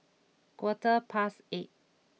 quarter past eight